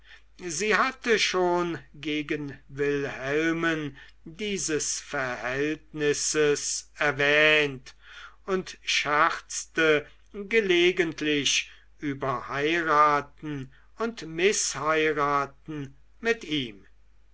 sie hatte schon gegen wilhelmen dieses verhältnisses erwähnt und scherzte gelegentlich über heiraten und mißheiraten mit ihm